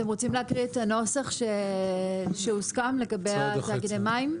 אתם רוצים להקריא את הנוסח שהוסכם לגבי תאגידי המים?